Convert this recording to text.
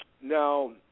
now